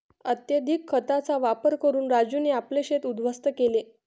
अत्यधिक खतांचा वापर करून राजूने आपले शेत उध्वस्त केले